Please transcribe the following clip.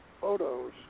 photos